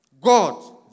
God